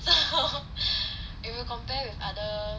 so if you compare with other